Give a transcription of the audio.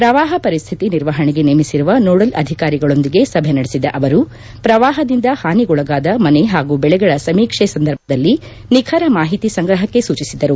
ಪ್ರವಾಹ ಪರಿಸ್ತಿತಿ ನಿರ್ವಹಣೆಗೆ ನೇಮಿಸಿರುವ ನೋಡಲ್ ಅಧಿಕಾರಿಗಳೊಂದಿಗೆ ಸಭೆ ನಡೆಸಿದ ಅವರು ಪ್ರವಾಪದಿಂದ ಹಾನಿಗೊಳಗಾದ ಮನೆ ಹಾಗೂ ಬೆಳೆಗಳ ಸಮೀಕ್ಷೆ ಸಂದರ್ಭದಲ್ಲಿ ನಿಖರ ಮಾಹಿತಿ ಸಂಗ್ರಹಕ್ಕೆ ಸೂಚಿಸಿದರು